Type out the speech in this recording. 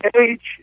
Age